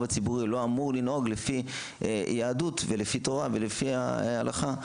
הציבורי לא אמור לנהוג לפי יהדות ולפי תורה ולפי ההלכה.